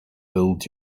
build